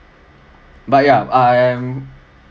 but ya I am